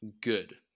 good